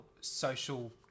social